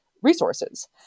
resources